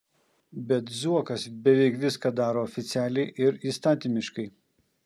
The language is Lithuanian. bet zuokas beveik viską daro oficialiai ir įstatymiškai